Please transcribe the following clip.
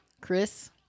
Chris